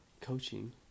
coaching